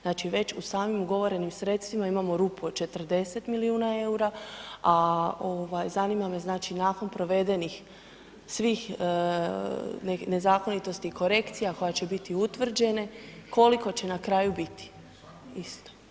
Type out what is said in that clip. Znači već u samim ugovorenim sredstvima imamo rupu od 40 milijuna EUR-a, a ovaj, zanima me znači, nakon provedenih svih nezakonitosti i korekcija koje će biti utvrđene, koliko će na kraju biti isto?